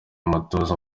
umutoza